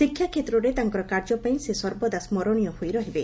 ଶିକ୍ଷାକ୍ଷେତ୍ରରେ ତାଙ୍କର କାର୍ଯ୍ୟ ପାଇଁ ସେ ସର୍ବଦା ସ୍କରଣୀୟ ହୋଇ ରହିବେ